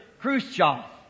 Khrushchev